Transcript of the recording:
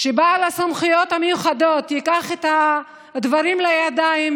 שבעל הסמכויות המיוחדות ייקח את הדברים לידיים,